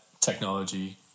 technology